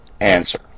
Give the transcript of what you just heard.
Answer